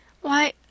Why